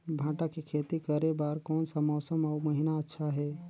भांटा के खेती करे बार कोन सा मौसम अउ महीना अच्छा हे?